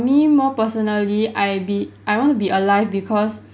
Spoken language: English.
me more personally I be I want to be alive because